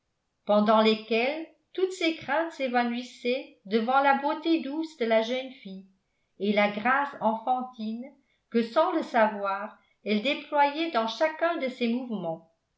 pendant lesquels toutes ses craintes s'évanouissaient devant la beauté douce de la jeune fille et la grâce enfantine que sans le savoir elle déployait dans chacun de ses mouvements